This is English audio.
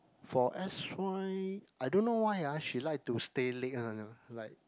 for s_y I don't know why ah she like to stay late one like